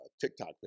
TikTok